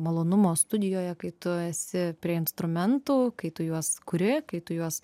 malonumo studijoje kai tu esi prie instrumentų kai tu juos kuri kai tu juos